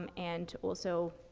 um and also,